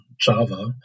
Java